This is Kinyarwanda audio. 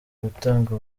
gutanga